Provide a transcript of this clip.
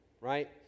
right